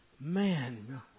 Man